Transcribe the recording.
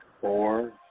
four